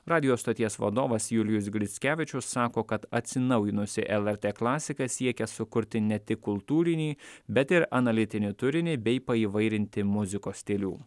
radijo stoties vadovas julijus grickevičius sako kad atsinaujinusi lrt klasika siekia sukurti ne tik kultūrinį bet ir analitinį turinį bei paįvairinti muzikos stilių